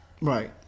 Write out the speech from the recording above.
Right